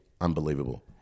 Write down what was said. unbelievable